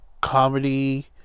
comedy